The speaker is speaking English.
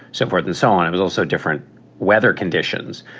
so forth and so on. it was also different weather conditions.